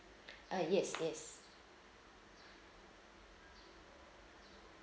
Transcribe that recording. ah yes yes